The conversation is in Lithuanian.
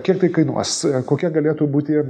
kiek tai kainuos kokie galėtų būti